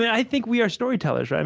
yeah i think we are storytellers. yeah and